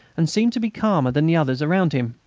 and seemed to be calmer than the others around him.